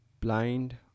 blind